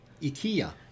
Ikea